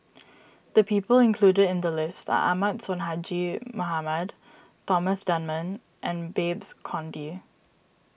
the people included in the list are Ahmad Sonhadji Mohamad Thomas Dunman and Babes Conde